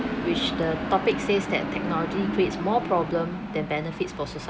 which the topic says that technology creates more problem than benefits for society